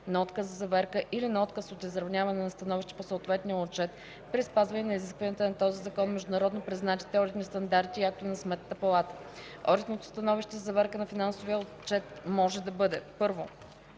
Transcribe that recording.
на отказ за заверка или на отказ от изразяване на становище по съответния отчет, при спазване на изискванията на този закон, международно признатите одитни стандарти и актовете на Сметната палата. Одитното становище за заверка на финансов отчет може да бъде: 1.